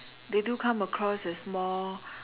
they do come across as more